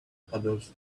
puddles